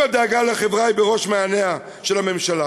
אם הדאגה לחברה היא בראש מעייניה של הממשלה,